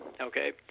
okay